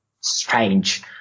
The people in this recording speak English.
strange